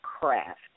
craft